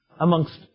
amongst